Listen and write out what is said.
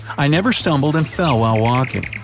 i never stumbled and fell while walking.